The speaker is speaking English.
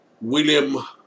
William